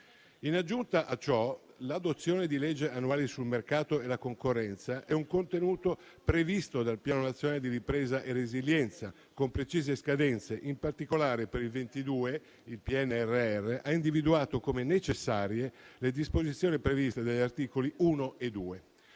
In aggiunta a ciò, l'adozione di leggi annuali sul mercato e la concorrenza è un contenuto previsto dal Piano nazionale di ripresa e resilienza con precise scadenze; in particolare, per il 2022 il PNNR ha individuato come necessarie le disposizioni previste dagli articoli 1 e 2.